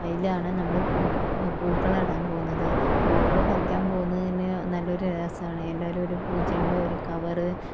അയിലാണ് നമ്മള് പൂ പൂക്കളം ഇടാൻ പോകുന്നത് പൂക്കള് പറിക്കാൻ പോകുന്നത് തന്നെ നല്ലൊരു രസാണ് എല്ലാരും ഒരു പൂച്ചെണ്ട് ഒരു കവറ്